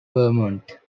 vermont